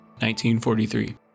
1943